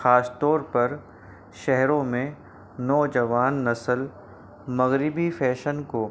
خاص طور پر شہروں میں نوجوان نسل مغربی فیشن کو